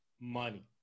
money